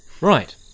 Right